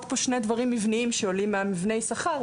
פה שני דברים מבניים שעולים ממבנה השכר,